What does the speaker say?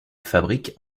fabriques